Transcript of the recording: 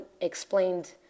explained